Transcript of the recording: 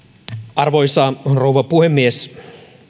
arvoisa rouva puhemies